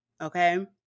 Okay